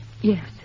Yes